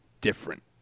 different